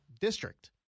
district